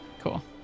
Cool